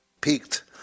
Peaked